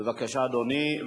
בבקשה, אדוני.